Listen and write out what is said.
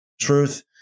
truth